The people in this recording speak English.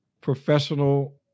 professional